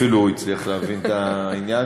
אפילו הוא הצליח להבין את העניין,